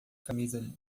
camisa